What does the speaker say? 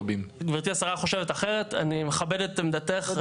אם גברתי השרה חושבת אחרת, אני מכבד את עמדתך.